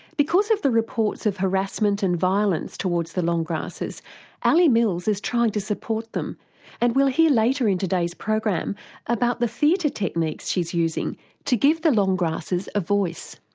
because of the reports of harassment and violence towards the long grassers ali mills is trying to support them and we'll hear later in today's program about the theatre techniques she's using to give the long grassers a voice.